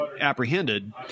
apprehended